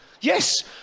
Yes